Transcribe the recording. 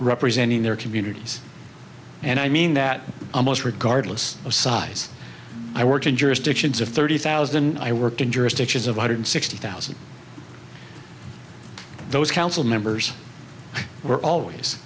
representing their communities and i mean that almost regardless of size i worked in jurisdictions of thirty thousand i worked in jurisdictions of one hundred sixty thousand those council members were always